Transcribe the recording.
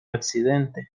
accidente